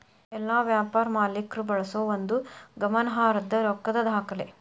ಎಲ್ಲಾ ವ್ಯಾಪಾರ ಮಾಲೇಕ್ರ ಬಳಸೋ ಒಂದು ಗಮನಾರ್ಹದ್ದ ರೊಕ್ಕದ್ ದಾಖಲೆ